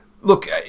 Look